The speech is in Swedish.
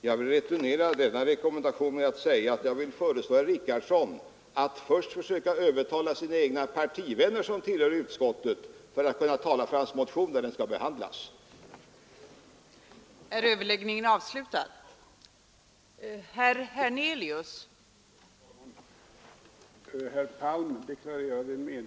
Jag vill returnera denna vänliga rekommendation med att tala om för herr Richarson att han först borde försökt övertala sina egna partivänner som tillhör utskottet att tala för sin motion när den förelåg till behandling.